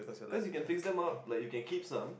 cause you can fix them up like you can keep some